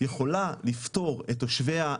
יכולה לפטור את תושביה,